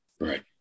Right